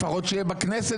לפחות שיהיה בכנסת,